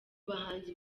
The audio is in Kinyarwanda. bahanzi